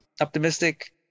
optimistic